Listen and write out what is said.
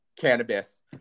cannabis